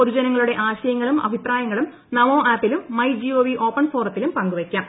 പൊതുജനങ്ങളുടെ ആശയങ്ങളും അഭിപ്രായങ്ങളും നമോ ആപ്പിലും മൈ ഗവ് ഓപ്പൺ ഫോറത്തിലും പങ്കുവയ്ക്കാം